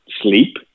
sleep